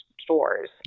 stores